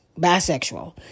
bisexual